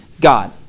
God